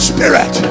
Spirit